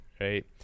right